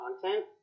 content